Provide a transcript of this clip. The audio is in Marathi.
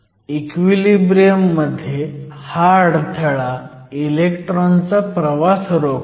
इक्विलिब्रियम मध्ये हा अडथळा इलेक्ट्रॉनचा प्रवास रोखतो